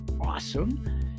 awesome